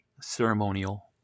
ceremonial